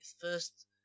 first